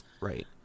right